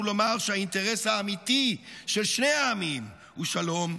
לומר שהאינטרס האמיתי של שני העמים הוא שלום,